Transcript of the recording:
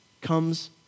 comes